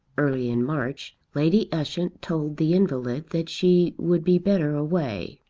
early in march, lady ushant told the invalid that she would be better away.